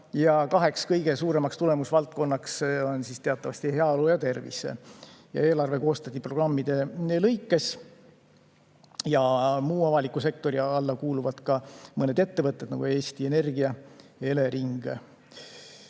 ja kaks kõige suuremat tulemusvaldkonda on teatavasti heaolu- ja tervisevaldkond. Eelarve koostati programmide lõikes. Muu avaliku sektori alla kuuluvad ka mõned ettevõtted, nagu Eesti Energia ja Elering.